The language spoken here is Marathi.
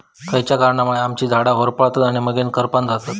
खयच्या कारणांमुळे आम्याची झाडा होरपळतत आणि मगेन करपान जातत?